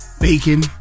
bacon